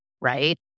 right